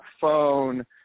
phone